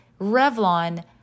Revlon